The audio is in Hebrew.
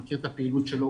אני מכיר את הפעילות שלו,